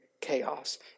chaos